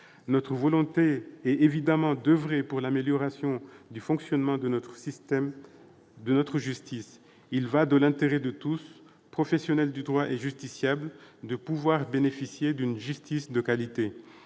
Notre volonté est évidemment d'oeuvrer pour l'amélioration du fonctionnement de notre justice. Il y va de l'intérêt de tous, professionnels du droit et justiciables, de pouvoir bénéficier d'une justice de qualité.